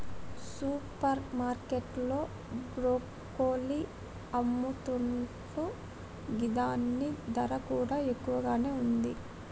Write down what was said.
super market లో broccoli అమ్ముతున్లు గిదాని ధర కూడా ఎక్కువగానే ఉంది